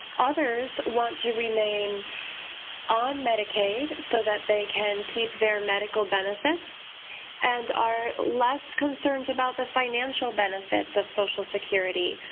others want to remain on medicaid so that they can keep their medical benefits and are less concerned about the financial benefits of social security.